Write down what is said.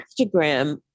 Instagram